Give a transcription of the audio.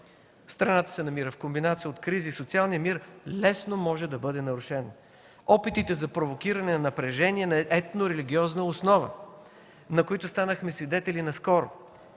Страната се намира в комбинация от кризи и социалният мир лесно може да бъде нарушен. Опитите за провокиране на напрежение на етно-религиозна основа, на които станахме свидетели наскоро,